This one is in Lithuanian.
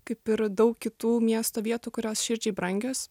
kaip ir daug kitų miesto vietų kurios širdžiai brangios